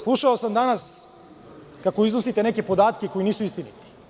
Slušao sam danas kako iznosite neke podatke koji nisu istiniti.